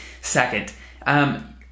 Second